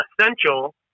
essential